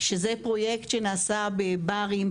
שזה פרויקט שנעשה בברים,